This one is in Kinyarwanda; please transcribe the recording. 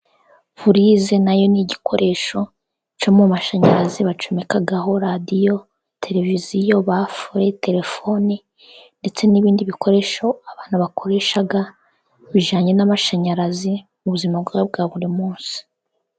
Purize nayo ni igikoresho cyo mu mashanyarazi, bacomekaho radiyo, tereviziyo, bafure, terefoni, ndetse n'ibindi bikoresho abantu bakoresha, bijanye n'amashanyarazi mu buzima bwabo bwa buri munsi.